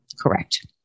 Correct